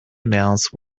announce